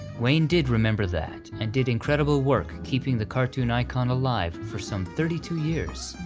wayne did remember that, and did incredible work keeping the cartoon icon alive for some thirty two years,